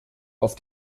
auf